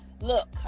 look